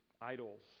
idols